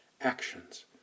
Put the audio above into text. actions